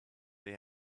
they